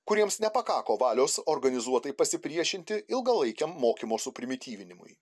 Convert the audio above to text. kuriems nepakako valios organizuotai pasipriešinti ilgalaikiam mokymo suprimityvinimui